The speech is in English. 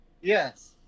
Yes